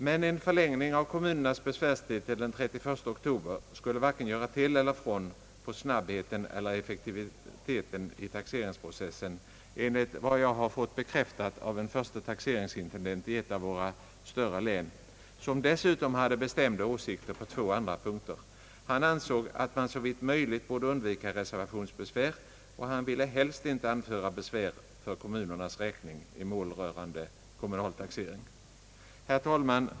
Men en förlängning av kommunernas besvärstid till den 31 oktober skulle varken göra till eller från på snabbheten eller effektiviteten i taxeringsprocessen enligt vad jag har fått bekräftat av en förste taxeringsintendent i ett av våra större län, vilken dessutom hade bestämda åsikter på två andra punkter: han ansåg att man såvitt möjligt borde undvika reservationsbesvär, och han ville helst inte anföra besvär för kommunernas räkning i mål rörande kommunaltaxering. Herr talman!